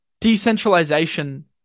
decentralization